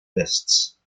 fists